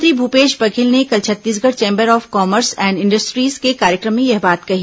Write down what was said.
मुख्यमंत्री भूपेश बघेल ने कल Chhattisgarh chamber of commerce and industries के कार्यक्रम में यह बात कही